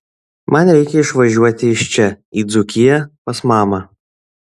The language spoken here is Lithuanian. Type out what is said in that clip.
man reikia išvažiuoti iš čia į dzūkiją pas mamą